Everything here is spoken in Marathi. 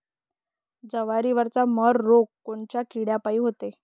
जवारीवरचा मर रोग कोनच्या किड्यापायी होते?